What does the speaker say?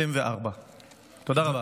2024. תודה רבה.